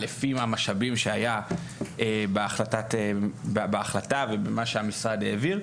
לפי המשאבים שהיה בהחלטה ובמה שהמשרד העביר.